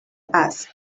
asked